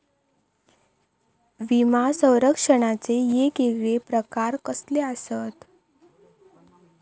विमा सौरक्षणाचे येगयेगळे प्रकार कसले आसत?